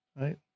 right